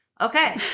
okay